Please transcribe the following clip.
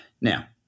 Now